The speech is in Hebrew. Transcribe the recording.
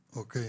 אוקיי.